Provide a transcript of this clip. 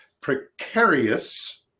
precarious